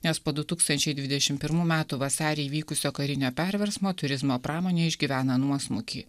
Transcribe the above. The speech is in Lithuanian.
nes po du tūkstančiai dvidešim pirmų metų vasarį įvykusio karinio perversmo turizmo pramonė išgyvena nuosmukį